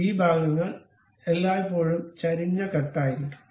ഈ ഭാഗങ്ങൾ എല്ലായ്പ്പോഴും ചരിഞ്ഞ കട്ട് ആയിരിക്കും